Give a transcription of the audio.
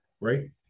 right